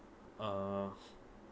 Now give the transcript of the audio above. uh